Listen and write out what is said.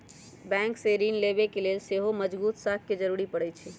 bank से ऋण लेबे के लेल सेहो मजगुत साख के जरूरी परै छइ